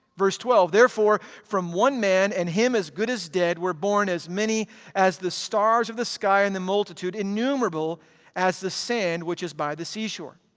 verse twelve, therefore from one man, and him as good as dead, were born as many as the stars of the sky and in multitude innumerable as the sand which is by the seashore.